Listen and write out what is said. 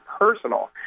personal